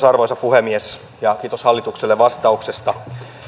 arvoisa puhemies kiitos hallitukselle vastauksesta